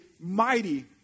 mighty